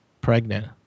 pregnant